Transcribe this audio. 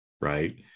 right